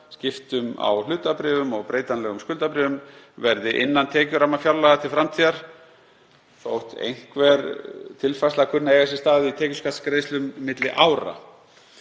skipta á hlutabréfum og breytanlegra skuldabréfa verði innan tekjuramma fjárlaga til framtíðar þótt einhver tilfærsla kunni að eiga sér stað í tekjuskattsgreiðslum milli ára.